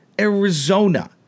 Arizona